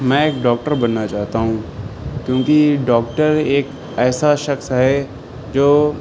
میں ایک ڈاکٹر بننا چاہتا ہوں کیونکہ ڈاکٹر ایک ایسا شخص ہے جو